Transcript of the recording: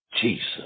Jesus